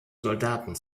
soldaten